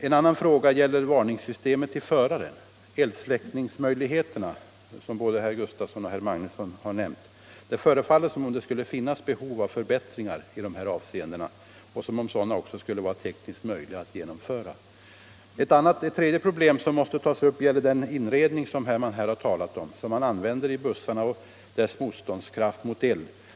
En annan fråga gäller varningssystemet till föraren och eldsläckningsmöjligheterna som både herr Gustafson och herr Magnusson har talat om. Det förefaller som om det skulle finnas behov av förbättringar och som om sådana också skulle kunna vara tekniskt möjliga att genomföra. Ytterligare ett problem som det talas om här och som måste tas upp är den typ av inredning som används i bussarna och dess motståndskraft mot eld.